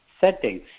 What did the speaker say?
settings